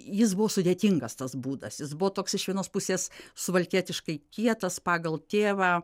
jis buvo sudėtingas tas būdas jis buvo toks iš vienos pusės suvalkietiškai kietas pagal tėvą